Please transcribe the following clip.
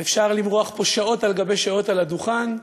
ואפשר למרוח פה שעות על גבי שעות על הדוכן,